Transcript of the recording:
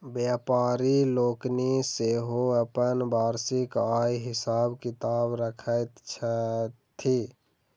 व्यापारि लोकनि सेहो अपन वार्षिक आयक हिसाब किताब रखैत छथि